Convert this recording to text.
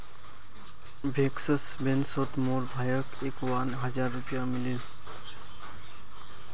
bankers बोनसोत मोर भाईक इक्यावन हज़ार रुपया मिलील